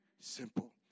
simple